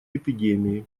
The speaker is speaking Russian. эпидемии